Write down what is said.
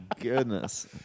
goodness